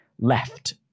left